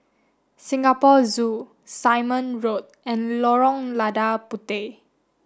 Singapore Zoo Simon Road and Lorong Lada Puteh